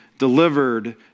delivered